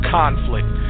conflict